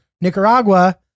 nicaragua